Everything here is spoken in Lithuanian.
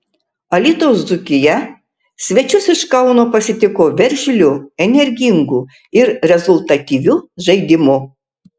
alytaus dzūkija svečius iš kauno pasitiko veržliu energingu ir rezultatyviu žaidimu